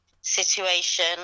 situation